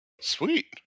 Sweet